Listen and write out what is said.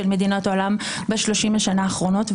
של מדינות העולם ב-30 השנים האחרונות,